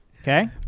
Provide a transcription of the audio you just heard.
Okay